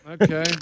Okay